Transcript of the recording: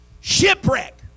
Shipwreck